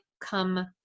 come